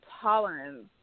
tolerance